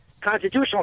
constitutional